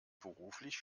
beruflich